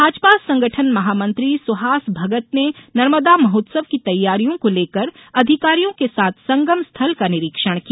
भाजपा संगठन महामंत्री सुहास भगत ने नर्मदा महोत्सव की तैयारियों को लेकर अधिकारियों के साथ संगम स्थल का निरीक्षण किया